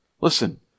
Listen